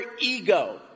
ego